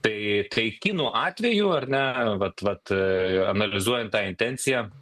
tai tai kinų atveju ar ne vat vat analizuojant tą intenciją